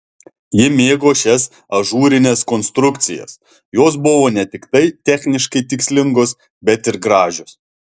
ji mėgo šias ažūrines konstrukcijas jos buvo ne tiktai techniškai tikslingos bet ir gražios